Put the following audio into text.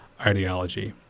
ideology